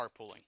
carpooling